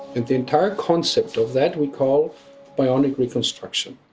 and the entire concept of that we call bionic reconstruction.